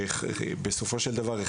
בסופו של דבר,